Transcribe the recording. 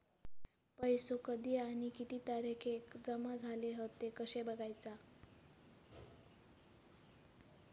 पैसो कधी आणि किती तारखेक जमा झाले हत ते कशे बगायचा?